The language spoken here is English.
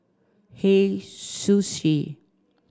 Hei Sushi